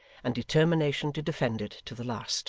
and determination to defend it to the last